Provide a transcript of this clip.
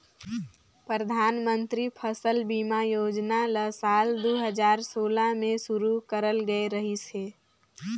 परधानमंतरी फसल बीमा योजना ल साल दू हजार सोला में शुरू करल गये रहीस हे